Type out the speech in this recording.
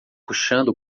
puxando